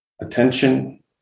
attention